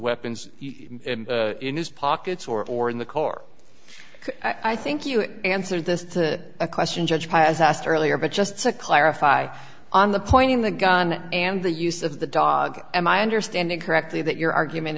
weapons in his pockets or or in the car i think you answered this to a question judge has asked earlier but just to clarify on the point in the gun and the use of the dog and i understand it correctly that your argument